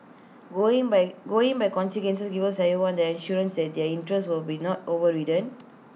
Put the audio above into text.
going by going by consensus gives everyone the assurance that their interests will be not overridden